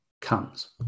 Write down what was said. comes